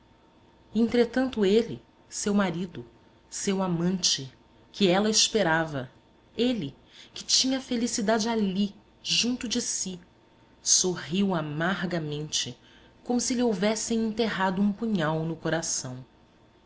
entretanto ele seu marido seu amante que ela esperava ele que tinha a felicidade ali junto de si sorriu amargamente como se lhe houvessem enterrado um punhal no coração